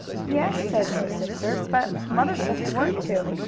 yes, said his sister, but mother said we weren't to.